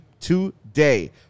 today